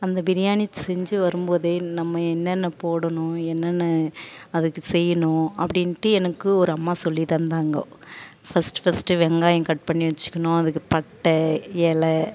அந்த பிரியாணி செஞ்சு வரும்போதே நம்ம என்னென்ன போடணும் என்னென்ன அதுக்கு செய்யணும் அப்படின்ட்டு எனக்கு ஒரு அம்மா சொல்லி தந்தாங்க ஃபஸ்ட்டு ஃபஸ்ட்டு வெங்காயம் கட் பண்ணி வச்சுக்கணும் அதுக்கு பட்டை எலை